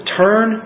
turn